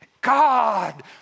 God